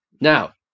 Now